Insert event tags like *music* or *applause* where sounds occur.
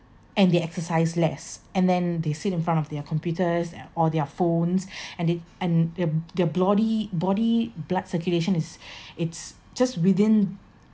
and they exercise less and then they sit in front of their computers and or their phones *breath* and it and uh their blody body blood circulation is it's just within